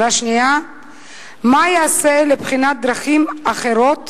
2. מה ייעשה לבחינת דרכים אחרות